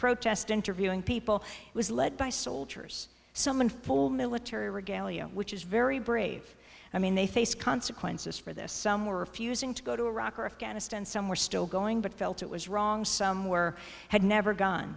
protest interviewing people was led by soldiers so men full military regalia which is very brave i mean they face consequences for this some were refusing to go to iraq or afghanistan some were still going but felt it was wrong somewhere had never gone